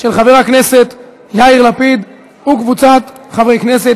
של חבר הכנסת יאיר לפיד וקבוצת חברי הכנסת.